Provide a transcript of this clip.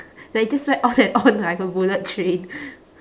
like you just went on and on like a bullet train